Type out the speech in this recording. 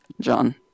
John